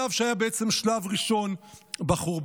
שלב שהיה בעצם השלב הראשון בחורבן?